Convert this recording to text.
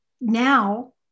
Now